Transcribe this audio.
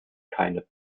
keine